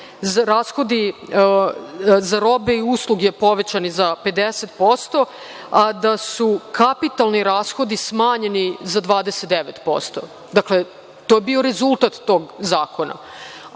rashodi za robe i usluge povećani za 50%, a da su kapitalni rashodi smanjeni za 29%. Dakle, to je bio rezultat tog zakona.